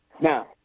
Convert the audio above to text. now